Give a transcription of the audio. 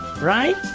right